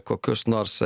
kokius nors